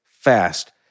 fast